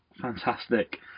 Fantastic